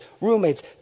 roommates